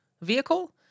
vehicle